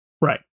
Right